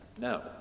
no